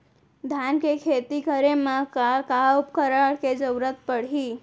धान के खेती करे मा का का उपकरण के जरूरत पड़हि?